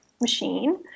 machine